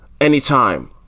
anytime